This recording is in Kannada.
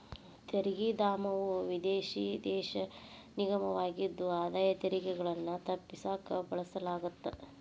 ತೆರಿಗೆ ಧಾಮವು ವಿದೇಶಿ ದೇಶ ನಿಗಮವಾಗಿದ್ದು ಆದಾಯ ತೆರಿಗೆಗಳನ್ನ ತಪ್ಪಿಸಕ ಬಳಸಲಾಗತ್ತ